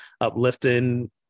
uplifting